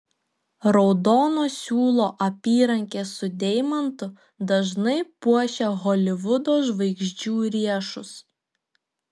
raudono siūlo apyrankė su deimantu dažnai puošia holivudo žvaigždžių riešus